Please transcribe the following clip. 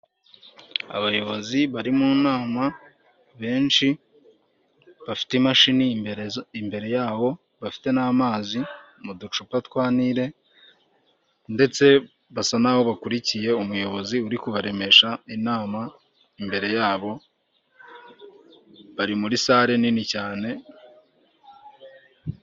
Abayobozi bari mu nama benshi bafite imashini imbere .Imbere yabo bafite n'amazi mu ducupa twa nile ndetse basa naho bakurikiye umuyobozi uri kubaremesha inama imbere yabo bari muri sare(salle )nini cyane.